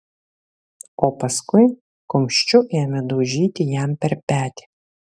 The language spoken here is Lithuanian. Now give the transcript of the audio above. o paskui kumščiu ėmė daužyti jam per petį